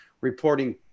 reporting